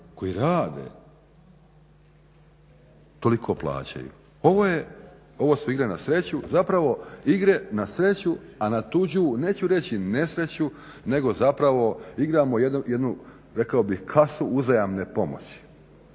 koji rade toliko plaćaju. Ovo su igre na sreću, zapravo igre na sreću a na tuđu neću reći nesreću nego zapravo igramo jednu rekao bih kasu uzajamne pomoći.